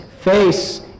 face